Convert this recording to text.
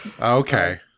Okay